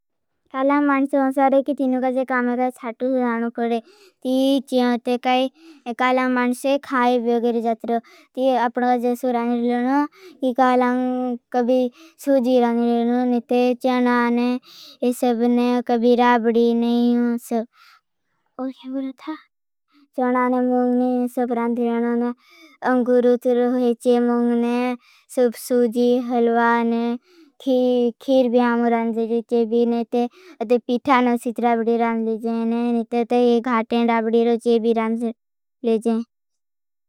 कालाम आपका सारे की तीनुका। जे कामेगा साथू जानू कोडे ती जी हो ते। काई कालाम आपका से खाए। ब्योगर जात्रू ती आपका जे सु रान्रे लोनू कालाम। कभी सुजी रान्रे लोनू नी। ते चानाने ए सबने कभी राभडी नहीं। और खेम राता जोनाने मुझने सब रान्रे नहीं अंगुरुतर है। चे मुझने सब सुजी हल्वाने। खिर भ्याम रान्रे जे जे जे भी नहीं अदे पीथानो सित्रा। बी रान्रे जे नहीं नहीं दे। गातें राभडी रो चे भी रान्रे जे।